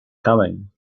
coming